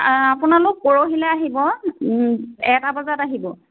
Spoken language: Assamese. আপোনালোক পৰহিলে আহিব এটা বজাত আহিব